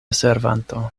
servanto